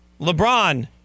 LeBron